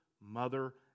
mother